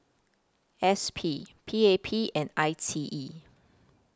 S P P A P and I T E